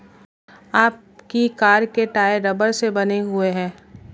आपकी कार के टायर रबड़ से बने हुए हैं